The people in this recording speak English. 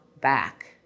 back